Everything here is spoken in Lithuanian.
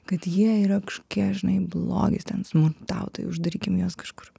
kad jie yra kiek žinai blogis ten smurtautojai uždarykim juos kažkur